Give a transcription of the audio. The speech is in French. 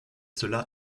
cela